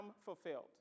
fulfilled